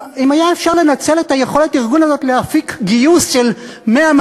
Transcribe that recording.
אם היה אפשר לנצל את יכולת הארגון הזה להפיק גיוס של 100,